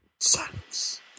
Silence